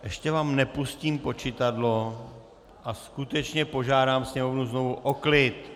Ještě vám nepustím počítadlo a skutečně požádám sněmovnu znovu o klid!